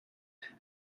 and